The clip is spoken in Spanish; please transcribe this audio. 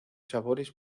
sabores